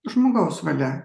žmogaus valia